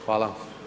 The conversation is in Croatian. Hvala.